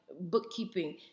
bookkeeping